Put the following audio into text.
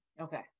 Okay